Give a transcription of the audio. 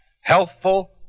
Healthful